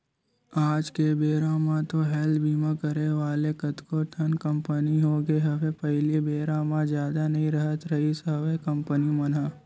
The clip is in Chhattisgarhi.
आज के बेरा म तो हेल्थ बीमा करे वाले कतको ठन कंपनी होगे हवय पहिली बेरा म जादा नई राहत रिहिस हवय कंपनी मन ह